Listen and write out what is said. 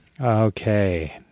Okay